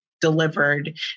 delivered